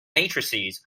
matrices